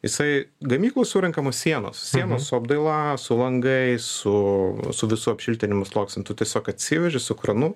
jisai gamykloj surenkamos sienos sienos su apdaila su langais su su visu apšiltinimo sluoksniu tu tiesiog atsiveži su kranu